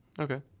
Okay